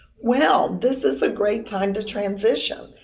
well, this is a great time to transition,